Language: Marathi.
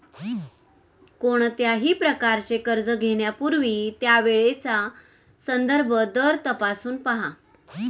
कोणत्याही प्रकारचे कर्ज घेण्यापूर्वी त्यावेळचा संदर्भ दर तपासून पहा